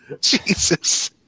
Jesus